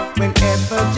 Whenever